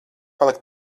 palikt